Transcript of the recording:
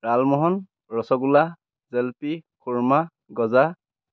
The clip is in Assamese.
ৰাালমোহন ৰসগোল্লা জেলেপি খুৰ্মা গজা